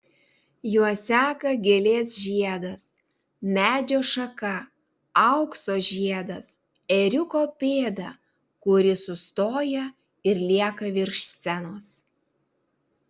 juos seka gėlės žiedas medžio šaka aukso žiedas ėriuko pėda kuri sustoja ir lieka virš scenos